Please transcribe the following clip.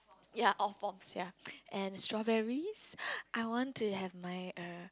ya all forms ya and strawberries I want to have my err